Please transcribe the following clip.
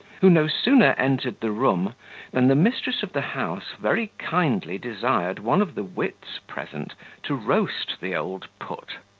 who no sooner entered the room than the mistress of the house very kindly desired one of the wits present to roast the old put.